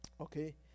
Okay